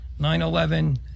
9-11